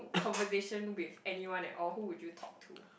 conversation with anyone at all who would you talk to